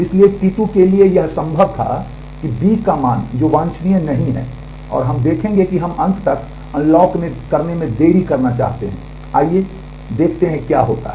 इसलिए T2 के लिए यह संभव था कि B का मान जो कि वांछनीय नहीं है और हम देखेंगे कि हम अंत तक अनलॉक करने में देरी करना चाहते हैं आइए देखते हैं कि क्या होता है